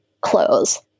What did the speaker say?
clothes